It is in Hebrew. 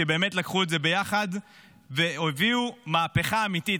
שבאמת לקחו את זה ביחד והביאו מהפכה אמיתית.